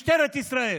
משטרת ישראל,